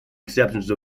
acceptance